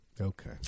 Okay